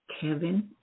Kevin